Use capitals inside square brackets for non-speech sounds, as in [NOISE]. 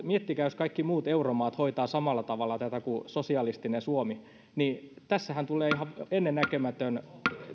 [UNINTELLIGIBLE] miettikää jos kaikki muut euromaat hoitavat samalla tätä kuin sosialistinen suomi niin tässähän tulee ihan ennennäkemätön